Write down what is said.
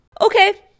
okay